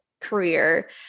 career